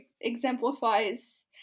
exemplifies